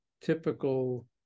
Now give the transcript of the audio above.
typical